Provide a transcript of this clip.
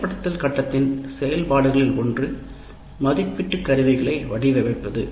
செயல்படுத்தும் கட்டத்தின் செயல்பாடுகளில் ஒன்று மதிப்பீட்டு கருவிகளை வடிவமைப்பது